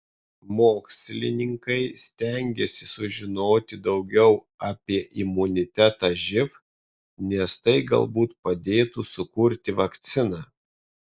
mokslininkai stengiasi sužinoti daugiau apie imunitetą živ nes tai galbūt padėtų sukurti vakciną